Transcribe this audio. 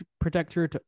protector